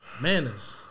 Manners